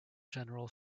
general